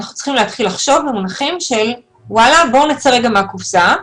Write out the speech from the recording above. אנחנו צריכים להתחיל לחשוב במונחים של נצא רגע מהקופסה,